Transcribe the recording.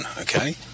Okay